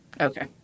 Okay